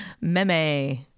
Meme